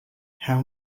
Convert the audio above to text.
how